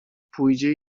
pójdzie